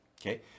Okay